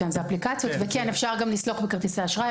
כן, אפשר גם לסלוק בכרטיסי אשראי.